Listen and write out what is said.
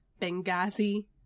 Benghazi